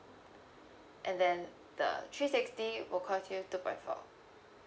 and then the three sixty will cost you two point four